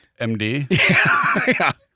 MD